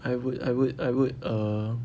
I would I would I would err